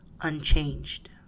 unchanged